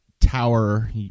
tower